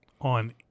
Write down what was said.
on